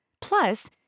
Plus